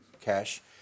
cash